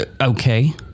Okay